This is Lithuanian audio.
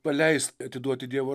paleist atiduot į dievo